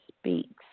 speaks